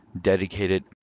dedicated